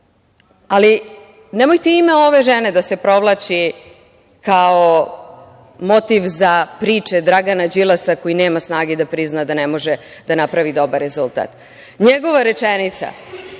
nemojte ime ove žene da se provlači kao motiv za priče Draga Đilasa koji nema snage da prizna da ne može da napravi dobar rezultat. Njegova rečenica